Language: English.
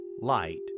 light